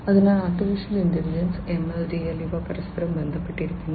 അതിനാൽ artificial intelligence ML DL ഇവ പരസ്പരം ബന്ധപ്പെട്ടിരിക്കുന്നു